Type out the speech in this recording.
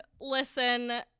Listen